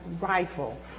rifle